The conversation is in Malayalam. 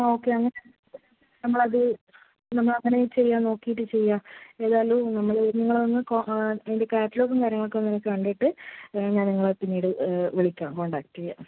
ആ ഓക്കേയാണ് നമ്മളത് നമ്മളങ്ങനെ ചെയ്യാൻ നോക്കീട്ട് ചെയ്യാം എതായാലും നമ്മൾ നിങ്ങളൊന്ന് അതിൻറ്റെ ക്യാറ്റ്ലോഗും കാര്യങ്ങളൊക്കൊന്ന് എനിക്ക് വേണ്ടീട്ട് ഞാൻ നിങ്ങളെ പിന്നീട് വിളിക്കാം കോൺടാക്ട ചെയ്യാം